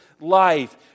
life